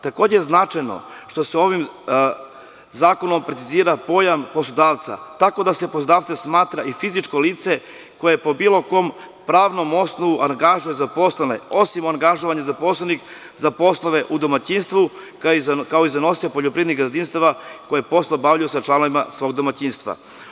Takođe je značajno što se ovim zakonom precizira pojam poslodavca, tako da se poslodavcem smatra i fizičko lice koje se po bilo kom pravnom osnovu angažuje za poslove, osim angažovanja za poslove u domaćinstvu, kao i za nosioce poljoprivrednih gazdinstava koje poslove obavljaju sa članovima domaćinstva.